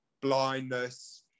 blindness